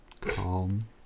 Calm